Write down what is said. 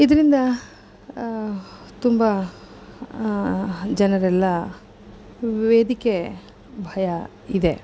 ಇದರಿಂದ ತುಂಬ ಜನರೆಲ್ಲ ವೇದಿಕೆ ಭಯ ಇದೆ